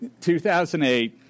2008